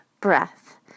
breath